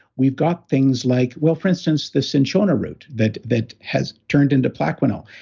we've got things like, well, for instance, the cinchona root that that has turned into plaquenil,